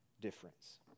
difference